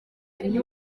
ari